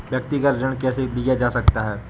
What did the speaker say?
व्यक्तिगत ऋण कैसे लिया जा सकता है?